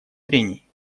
трений